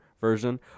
version